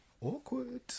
Awkward